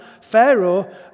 Pharaoh